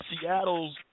Seattle's